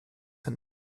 and